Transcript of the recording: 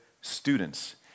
students